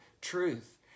truth